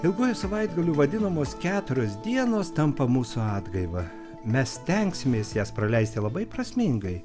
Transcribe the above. ilguoju savaitgaliu vadinamos keturios dienos tampa mūsų atgaiva mes stengsimės jas praleisti labai prasmingai